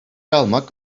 almak